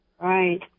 Right